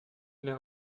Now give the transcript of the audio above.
les